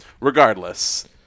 Regardless